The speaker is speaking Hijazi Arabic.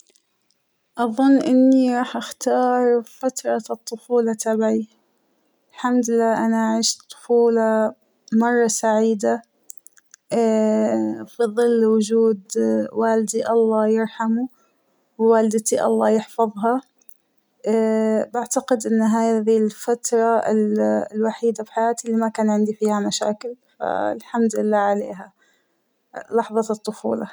أظن إنى راح أختار فترة الطفولة تبعى ، الحمد لله أنا عشت طفولة مرة سعيدة فى ظل وجود والدى الله يرحمه ووالدتى الله يحفظها بعتقد أن هذى الفترة الوحيدة فى حياتى اللى ما كان عندى فيها مشاكل ، فالحمد لله عليها لحظة الطفولة.